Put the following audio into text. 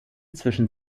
zwischen